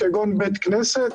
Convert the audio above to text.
כגון בית-כנסת,